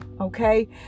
okay